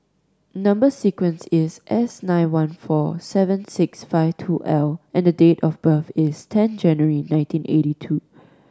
number sequence is S nine one four seven six five two L and date of birth is ten January nineteen eighty two